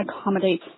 accommodate